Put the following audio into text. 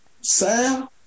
Sam